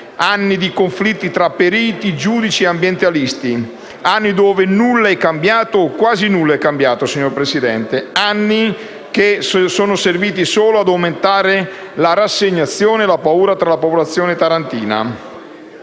anni di conflitti tra periti, giudici e ambientalisti, anni dove nulla o quasi nulla è cambiato, signora Presidente, anni che sono serviti solo ad aumentare la rassegnazione e la paura tra la popolazione tarantina.